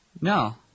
No